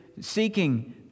seeking